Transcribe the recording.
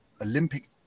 Olympic